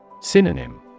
Synonym